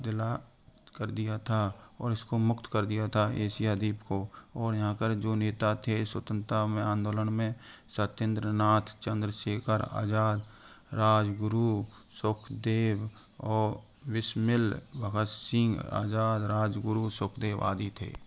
दिला कर दिया था और इसको मुक्त कर दिया था एशिया द्वीप को और यहाँ के जो नेता थें स्वतंत्रता आंदोलन में सत्येंद्र नाथ चंद्रशेखर आज़ाद राजगुरु सुखदेव और बिस्मिल भगत सिंह आज़ाद राजगुरु सुखदेव आदि थे